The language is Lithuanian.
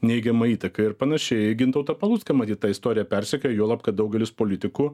neigiamą įtaką ir panašiai gintautą palucką matyt ta istorija persekioja juolab kad daugelis politikų